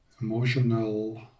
emotional